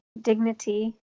dignity